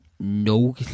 No